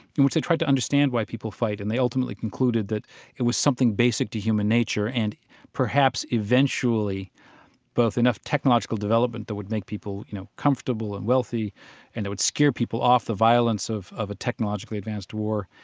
in which they tried to understand why people fight. and they ultimately concluded that it was something basic to human nature, and perhaps eventually both enough technological development that would make people, you know, comfortable and wealthy and it would scare people off the violence of of a technologically advanced war,